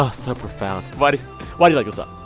ah so profound. but why do you like this um